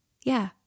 Yeah